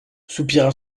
soupira